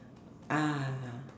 ah